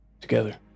Together